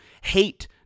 hate